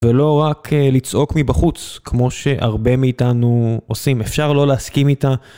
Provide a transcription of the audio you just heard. ולא רק לצעוק מבחוץ, כמו שהרבה מאיתנו עושים, אפשר לא להסכים איתה.